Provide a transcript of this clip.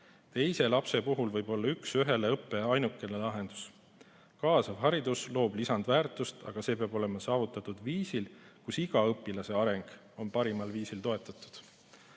teise lapse puhul võib üks-ühele-õpe olla ainukene lahendus. Kaasav haridus loob lisandväärtust, aga see peab olema saavutatud viisil, kus iga õpilase areng on parimal viisil toetatud.